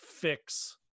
fix